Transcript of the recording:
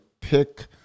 Pick